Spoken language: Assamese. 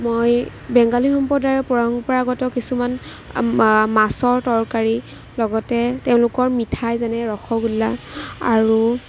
মই বেঙ্গুলী সম্প্ৰদায়ৰ পৰম্পৰাগত কিছুমান মাছৰ তৰকাৰি লগতে তেওঁলোকৰ মিঠাই যেনে ৰসগোল্লা আৰু